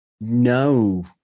no